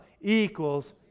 equals